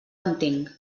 entenc